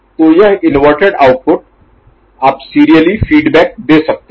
तो यह inverted output आप सीरियली फीडबैक दे सकते हैं